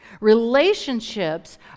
relationships